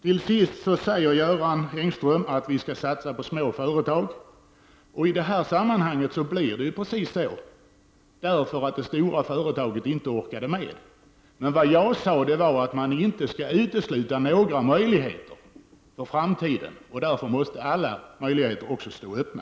Till sist säger Göran Engström att vi skall satsa på små företag, och i detta sammanhang blir det just så, eftersom det stora företaget inte orkat klara uppgiften. Vad jag sade var att man inte skall utesluta några möjligheter för framtiden utan låta alla möjligheter stå öppna.